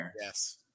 Yes